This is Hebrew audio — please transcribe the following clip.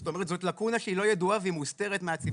זאת אומרת זאת לאקונה שהיא לא ידועה והיא מוסתרת מהציבור.